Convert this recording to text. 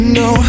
no